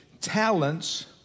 talents